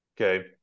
Okay